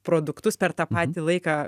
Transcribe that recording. produktus per tą patį laiką